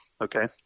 okay